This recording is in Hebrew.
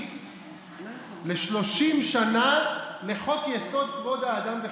ל-30 שנה לחוק-יסוד: כבוד האדם וחירותו.